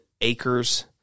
acres